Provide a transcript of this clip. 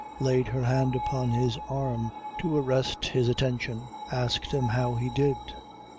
laid her hand upon his arm to arrest his attention, asked him how he did.